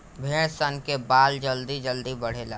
भेड़ सन के बाल जल्दी जल्दी बढ़ेला